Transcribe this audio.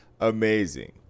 Amazing